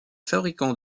fabricant